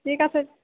ঠিক আছে